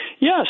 Yes